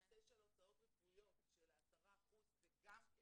הנושא של הוצאות רפואיות של ה-10% זה גם כן.